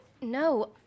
No